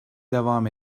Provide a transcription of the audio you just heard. devam